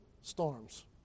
storms